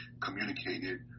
communicated